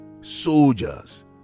soldiers